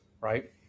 right